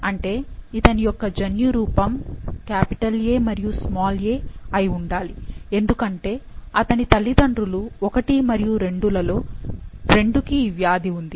అంటే ఇతని యొక్క జన్యురూపం A మరియు a అయి ఉండాలి ఎందుకంటే అతని తల్లిదండ్రులు 1 మరియు 2 ల లో 2 కి ఈ వ్యాధి ఉంది